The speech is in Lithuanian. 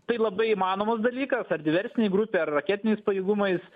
tai labai įmanomas dalykas ar diversinė grupė ar raketiniais pajėgumais